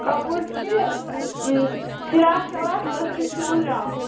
کَپُر چھُ فِراکھ شِلوار تٔتھۍ چھُ سُووُن گَوُن